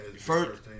First